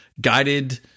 guided